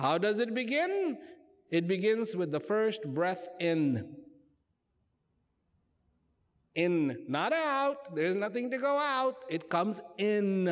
how does it begin it begins with the first breath in in not out there is nothing to go out it comes in